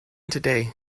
today